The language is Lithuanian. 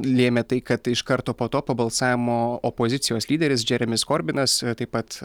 lėmė tai kad iš karto po to po balsavimo opozicijos lyderis džeremis korbinas taip pat